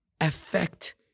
affect